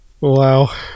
wow